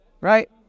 right